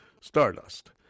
Stardust